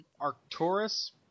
arcturus